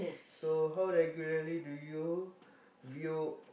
so how regularly do you view